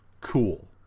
cool